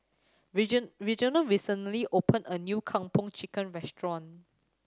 Reginal recently opened a new Kung Po Chicken restaurant